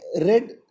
read